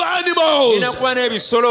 animals